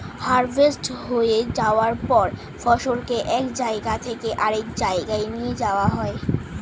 harvest হয়ে যাওয়ার পর ফসলকে এক জায়গা থেকে আরেক জায়গায় নিয়ে যাওয়া হয়